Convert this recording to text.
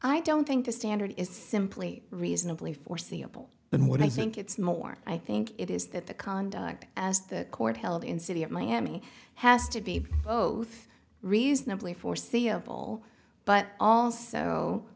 i don't think the standard is simply reasonably foreseeable than what i think it's more i think it is that the conduct as the court held in city of miami has to be both reasonably foreseeable but also